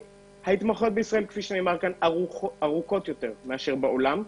ההתמחויות בישראל ארוכות יותר מאשר בעולם.